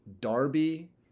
Darby